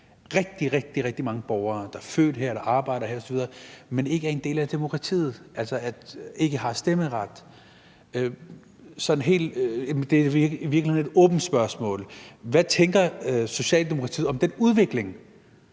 rigtig mange borgere, der er født her, der arbejder her osv., men ikke er en del af demokratiet, altså ikke har stemmeret. Det er i virkeligheden et åbent spørgsmål: Hvad tænker Socialdemokratiet om den udvikling?